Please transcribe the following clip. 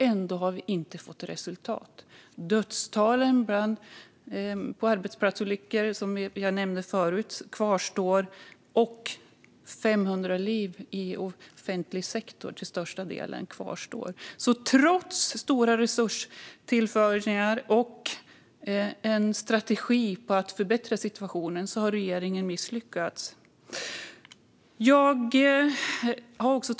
Ändå har vi inte fått resultat. Arbetsplatsolyckor med dödlig utgång sker ännu, och varje år avlider cirka 500 personer i offentlig sektor. Trots stor resurstillförsel och en strategi för att förbättra situationen har regeringen misslyckats.